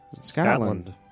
Scotland